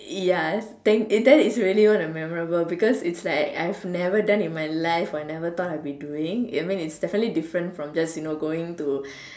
ya it does it's really one of the memorable because it's like I've never done in my life or I've never thought I'd be doing I mean it's definitely different from just you know going to